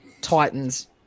Titans